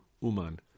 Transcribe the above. Uman